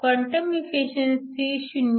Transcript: quantum efficiency 0